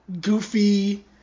Goofy